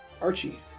Archie